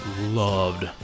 loved